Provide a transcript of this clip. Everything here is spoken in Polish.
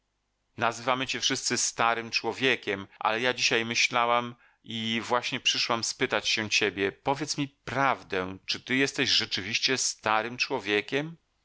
nazywamy cię wszyscy starym człowiekiem ale ja dzisiaj myślałam i właśnie przyszłam spytać się ciebie powiedz mi prawdę czy ty jesteś rzeczywiście starym człowiekiem